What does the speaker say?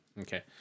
okay